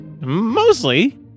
Mostly